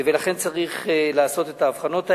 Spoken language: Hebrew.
ולכן צריך לעשות את ההבחנות האלה.